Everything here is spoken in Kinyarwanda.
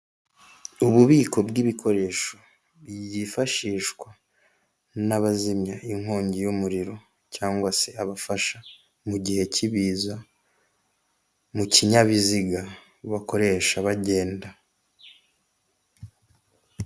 I Kanombe mu karere ka Kicukiro, mu mujyi wa Kigali urahabona inzu ikodeshwa ku mafaranga ibihumbi magana atatu mirongo itanu by'amanyarwanda buri kwezi, ifite ibyumba bitatu byo kuraramo n'ibindi bibiri by'ubwogero.